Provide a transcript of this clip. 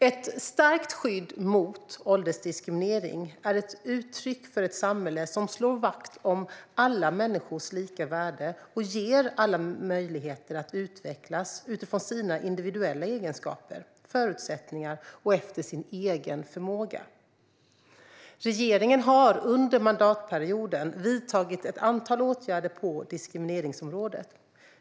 Ett starkt skydd mot åldersdiskriminering är ett uttryck för ett samhälle som slår vakt om alla människors lika värde och ger alla möjligheter att utvecklas utifrån sina individuella egenskaper och förutsättningar och efter sin egen förmåga. Regeringen har under mandatperioden vidtagit ett antal åtgärder på diskrimineringsområdet.